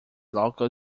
local